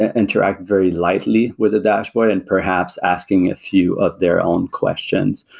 ah interact very lightly with the dashboard and perhaps asking a few of their own questions.